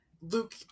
Luke